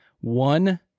one